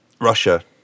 Russia